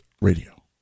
Radio